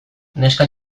neska